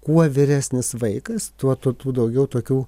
kuo vyresnis vaikas tuo tu tų daugiau tokių